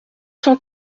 cent